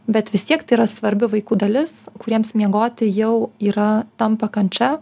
bet vis tiek tai yra svarbi vaikų dalis kuriems miegoti jau yra tampa kančia